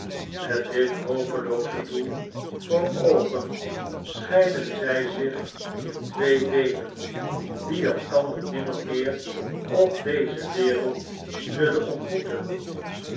met dit hopelooze doel voor oogen scheiden zy zich in twee deelen die elkander nimmer meer op deze wereld zullen ontmoeten